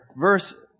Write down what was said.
verse